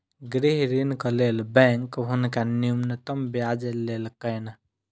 गृह ऋणक लेल बैंक हुनका न्यूनतम ब्याज लेलकैन